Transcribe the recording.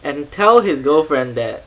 and tell his girlfriend that